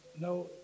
no